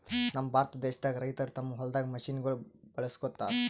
ನಮ್ ಭಾರತ ದೇಶದಾಗ್ ರೈತರ್ ತಮ್ಮ್ ಹೊಲ್ದಾಗ್ ಮಷಿನಗೋಳ್ ಬಳಸುಗತ್ತರ್